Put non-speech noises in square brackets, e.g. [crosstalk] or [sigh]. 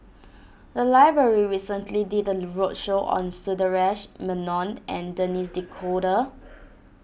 the library recently did a roadshow on Sundaresh Menon and [noise] Denis D'Cotta